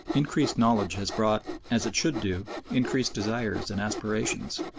increased knowledge has brought, as it should do, increased desires and aspirations,